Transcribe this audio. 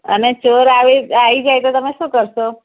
અને ચોર આવે આવી જાય તો તમે શું કરશો